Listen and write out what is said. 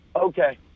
Okay